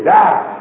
die